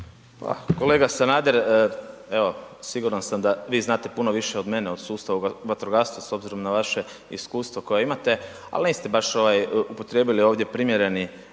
Kolega Sanader, evo siguran sam da vi znate više od mene o sustavu vatrogastva s obzirom na vaše iskustvo koje imate, ali niste baš ovaj upotrijebili ovdje primjereni